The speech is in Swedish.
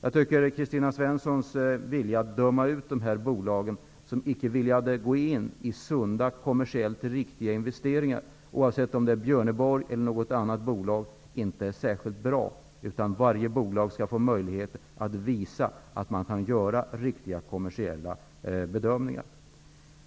Att Kristina Svensson dömer ut dessa bolag, genom att säga att de inte är villiga att gå in i sunda kommersiellt riktiga investeringar, är inte särskilt bra, oavsett om det gäller Björneborg eller något annat bolag. Varje bolag skall få möjlighet att visa att de kan göra riktiga kommersiella bedömningar.